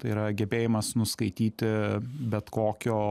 tai yra gebėjimas nuskaityti bet kokio